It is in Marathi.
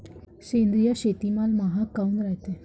सेंद्रिय शेतीमाल महाग काऊन रायते?